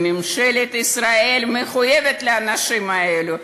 ממשלת ישראל מחויבת לאנשים האלה,